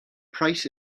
price